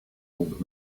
old